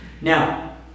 Now